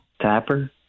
tapper